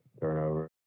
Turnover